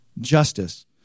justice